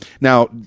Now